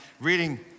Reading